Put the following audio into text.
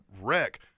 wreck